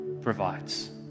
provides